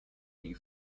new